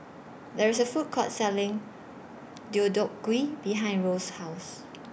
There IS A Food Court Selling Deodeok Gui behind Rose's House